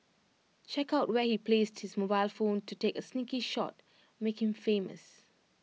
check out where he placed his mobile phone to take A sneaky shot make him famous